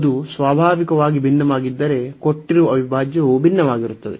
ಅದು ಸ್ವಾಭಾವಿಕವಾಗಿ ಭಿನ್ನವಾಗಿದ್ದರೆ ಕೊಟ್ಟಿರುವ ಅವಿಭಾಜ್ಯವು ಭಿನ್ನವಾಗಿರುತ್ತದೆ